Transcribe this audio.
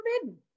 forbidden